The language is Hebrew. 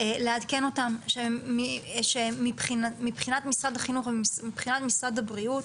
לעדכן אותן שמבחינת משרד החינוך ומבחינת משרד הבריאות,